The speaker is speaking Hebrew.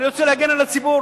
אני רוצה להגן על הציבור,